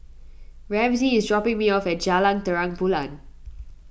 Ramsey is dropping me off at Jalan Terang Bulan